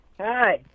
Hi